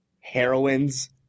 heroines